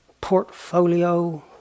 portfolio